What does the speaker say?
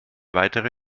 weitere